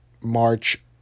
March